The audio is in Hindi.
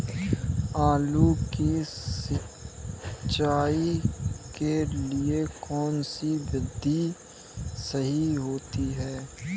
आलू की सिंचाई के लिए कौन सी विधि सही होती है?